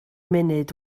munud